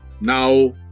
now